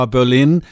Berlin